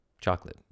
chocolate